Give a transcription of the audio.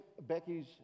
Becky's